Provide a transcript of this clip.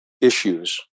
issues